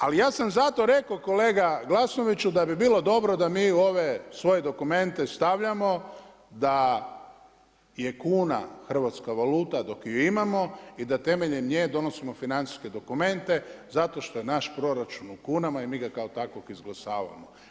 Ali ja sam zato rekao kolega Glasnoviću da bi bilo dobro da mi u ove svoje dokumente stavljamo da je kuna hrvatska valuta dok ju imamo i da temeljem nje donosimo financijske dokumente zato što je naš proračun u kunama i mi ga kao takvog izglasavamo.